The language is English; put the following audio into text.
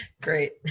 great